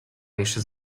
jeszcze